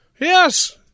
Yes